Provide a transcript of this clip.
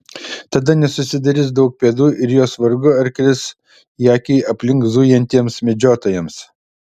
tada nesusidarys daug pėdų ir jos vargu ar kris į akį aplink zujantiems medžiotojams